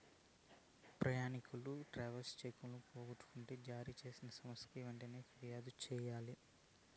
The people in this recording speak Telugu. ప్రయాణికులు ట్రావెలర్ చెక్కులు పోగొట్టుకుంటే జారీ చేసిన సంస్థకి వెంటనే ఫిర్యాదు చెయ్యాలి